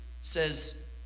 says